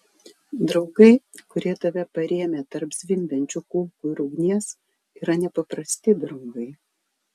draugai kurie tave parėmė tarp zvimbiančių kulkų ir ugnies yra nepaprasti draugai